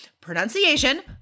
pronunciation